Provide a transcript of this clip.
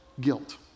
guilt